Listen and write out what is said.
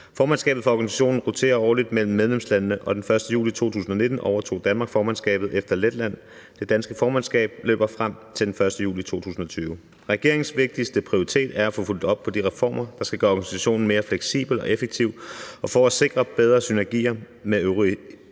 Formandskabet for organisationen roterer årligt mellem medlemslandene, og den 1. juli 2019 overtog Danmark formandskabet efter Letland. Det danske formandskab løber frem til den 1. juli 2020. Regeringens vigtigste prioritet er at få fulgt op på de reformer, der skal gøre organisationen mere fleksibel og effektiv og sikre bedre synergier med øvrige